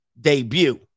debut